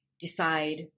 decide